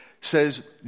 says